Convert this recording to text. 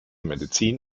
medizin